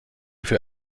für